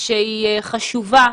שהיא חשובה,